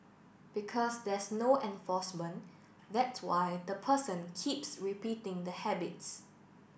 because there's no enforcement that's why the person keeps repeating the habits